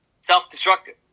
self-destructive